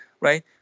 Right